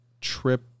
trip